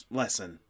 lesson